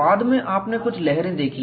बाद में आपने कुछ लहरें देखी